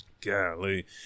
Golly